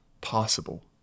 possible